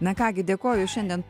na ką gi dėkoju šiandien